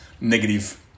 negative